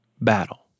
battle